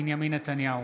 בנימין נתניהו,